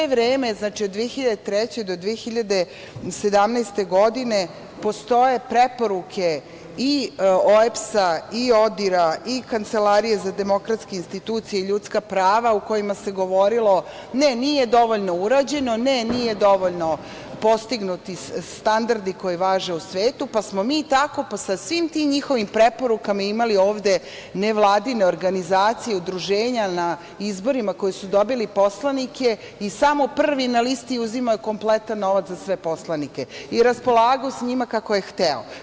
Sve vreme od 2003. do 2017. godine postoje preporuke i OEBS-a i ODIR-a i Kancelarije za demokratske institucije i ljudska prava, u kojima se govorilo – ne, nije dovoljno urađeno, ne, nisu dovoljno postignuti standardi koji važe u svetu, pa smo mi tako po svim tim njihovim preporukama imali ovde nevladine organizacije i udruženja na izborima koji su dobili poslanike i samo prvi na listi uzima kompletan novac za sve poslanike i raspolagao sa njima kako je hteo.